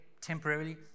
temporarily